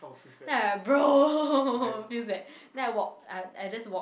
then I like bro feels that then I walk I I just walk